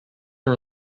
are